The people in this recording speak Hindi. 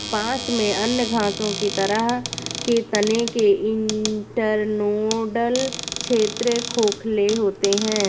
बांस में अन्य घासों की तरह के तने के इंटरनोडल क्षेत्र खोखले होते हैं